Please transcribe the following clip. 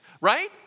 right